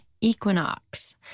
equinox